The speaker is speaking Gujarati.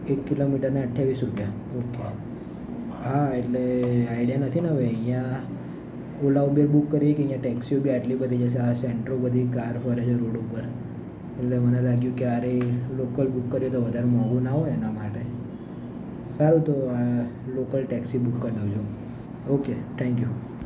એક કિલોમીટરના અઠ્યાવીસ રૂપિયા ઓકે હા એટલે આઈડિયા નથી ને હવે અહીંયા ઓલા ઉબર બુક કરીએ કે અહી ટેક્સીઓ બી આટલી બધી છે આ સેન્ટ્રો બધી કાર ફરે છે રોડ ઉપર એટલે મને લાગ્યું કે આ રહી લોકલ બુક કરીએ તો વધાર મોંઘુ ના હોય ને એના માટે સારું તો લોકલ ટેક્સી બુક કરી નાખજો